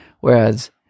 Whereas